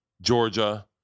Georgia